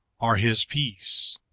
are his peace!